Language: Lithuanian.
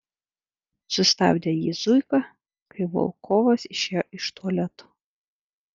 sustabdė jį zuika kai volkovas išėjo iš tualeto